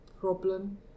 problem